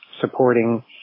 supporting